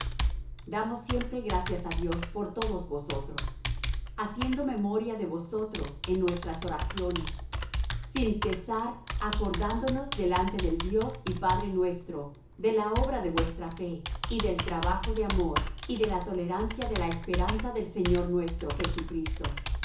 damos siempre gracias á dios por todos vosotros haciendo memoria de vosotros en nuestras oraciones sin cesar acordándonos delante del dios y padre nuestro de la obra de vuestra fe y del trabajo de amor y de la tolerancia de la esperanza del señor nuestro jesucristo